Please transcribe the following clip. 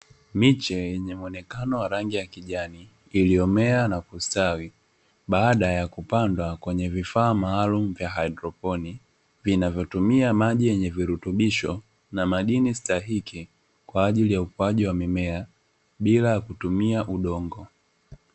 Miche yenye muonekano wa rangi ya kijani, iliyomea na kustawi baada ya kupandwa kwenye vifaa maalum vya haidroponi, vinavyotumia maji yenye virutubisho na madini stahiki kwaajili ya ukuaji wa mimea bila kutumia udongo.